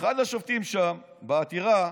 אחד השופטים שם בעתירה,